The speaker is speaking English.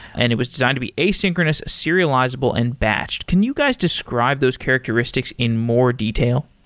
and it was designed to be asynchronous, serializable and batched. can you guys describe those characteristics in more detail?